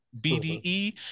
BDE